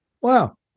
Wow